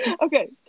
Okay